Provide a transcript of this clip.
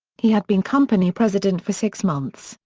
he had been company president for six months,